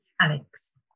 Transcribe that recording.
Alex